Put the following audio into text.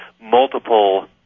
multiple